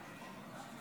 חברי